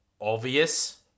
obvious